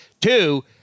Two